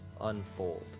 unfold